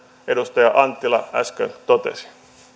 edustaja anttila äsken totesi